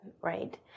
right